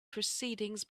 proceedings